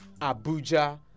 Abuja